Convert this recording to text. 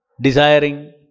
desiring